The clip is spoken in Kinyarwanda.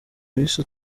yahise